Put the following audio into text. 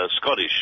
Scottish